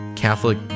Catholic